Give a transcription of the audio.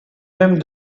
mêmes